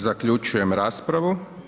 Zaključujem raspravu.